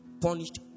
punished